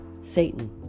Satan